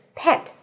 pet